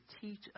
teach